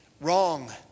wrong